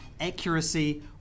accuracy